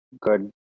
good